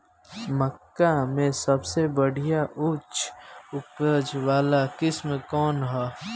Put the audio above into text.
मक्का में सबसे बढ़िया उच्च उपज वाला किस्म कौन ह?